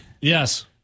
Yes